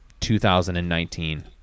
2019